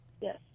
Yes